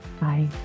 Bye